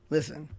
Listen